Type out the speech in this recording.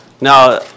Now